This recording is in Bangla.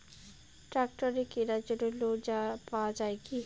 ট্রাক্টরের কেনার জন্য লোন পাওয়া যায় কি?